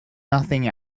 nothing